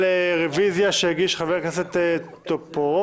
רוויזיה שהגיש חבר הכנסת טופורובסקי.